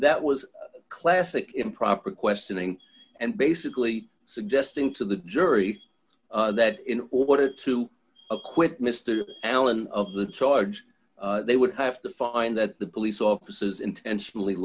that was classic improper questioning and basically suggesting to the jury that in order to acquit mr allen of the charge they would have to find that the police officers intentionally